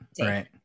right